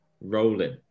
rolling